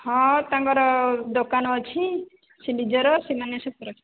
ହଁ ତାଙ୍କର ଦୋକାନ ଅଛି ସେ ନିଜର ସେମାନେ ସବୁ ରଖିଛନ୍ତି